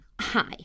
Hi